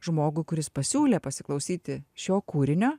žmogų kuris pasiūlė pasiklausyti šio kūrinio